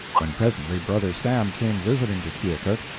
when presently brother sam came visiting to keokuk,